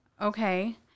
Okay